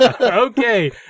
Okay